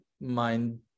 mind